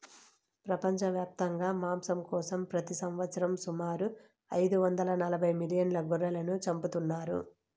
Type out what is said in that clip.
ప్రపంచవ్యాప్తంగా మాంసం కోసం ప్రతి సంవత్సరం సుమారు ఐదు వందల నలబై మిలియన్ల గొర్రెలను చంపుతున్నారు